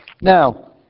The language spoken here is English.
now